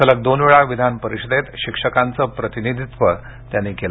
सलग दोन वेळा विधान परिषदेत शिक्षकांचं प्रतिनिधित्व त्यांनी केलं